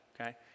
Okay